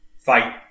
fight